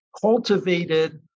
cultivated